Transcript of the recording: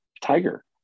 Tiger